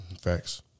Facts